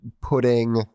putting